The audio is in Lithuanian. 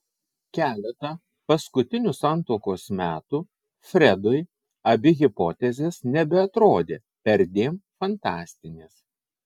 keletą paskutinių santuokos metų fredui abi hipotezės nebeatrodė perdėm fantastinės